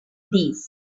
these